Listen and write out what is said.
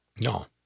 No